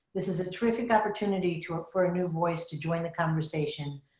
this is a terrific opportunity to offer a new voice to join the conversation,